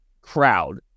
crowd